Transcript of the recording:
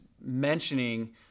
mentioning